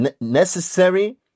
Necessary